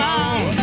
on